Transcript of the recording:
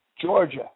Georgia